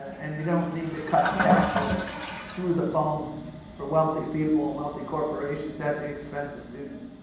and you don't need to cut taxes through the bone for wealthy people and wealthy corporations at the expense of students.